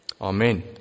Amen